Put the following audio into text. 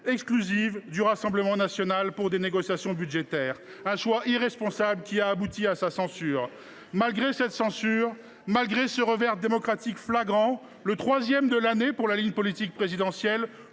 exclusive du Rassemblement national pour ses négociations budgétaires. C’est ce choix irresponsable qui a abouti à sa censure. Malgré cette censure et ce revers démocratique flagrant, le troisième de l’année pour la ligne politique présidentielle,